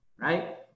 right